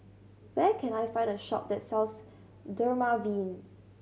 where can I find a shop that sells Dermaveen